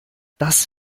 das